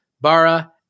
bara